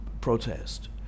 protest